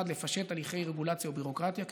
לפשט הליכי רגולציה וביורוקרטיה כתפיסה,